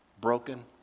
broken